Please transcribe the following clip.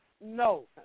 no